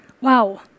Wow